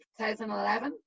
2011